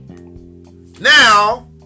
Now